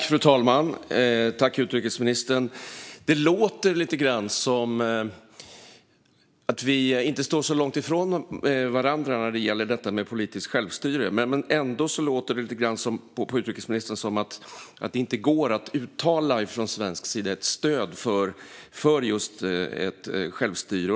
Fru talman! Det låter lite grann som att vi inte står så långt ifrån varandra när det gäller detta med politiskt självstyre. Ändå låter det på utrikesministern som att det inte går att från svensk sida uttala ett stöd för ett självstyre.